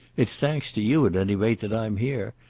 it's thanks to you at any rate that i'm here,